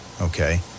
okay